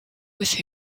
with